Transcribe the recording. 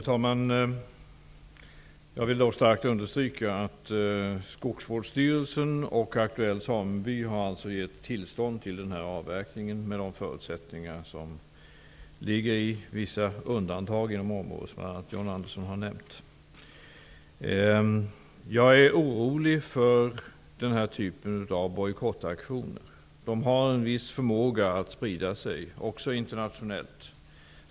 Herr talman! Jag vill starkt understryka att Skogsvårdsstyrelsen och aktuell sameby har gett tillstånd till avverkning under de förutsättningar som gäller, med vissa undantag i de områden som bl.a. John Andersson har nämnt. Jag är orolig för den här typen av bojkottaktioner. De har en viss förmåga att sprida sig också internationellt.